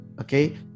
okay